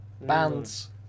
Bands